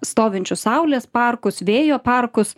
stovinčius saulės parkus vėjo parkus